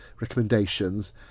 recommendations